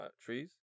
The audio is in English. trees